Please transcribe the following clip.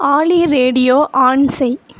ஆலி radio on செய்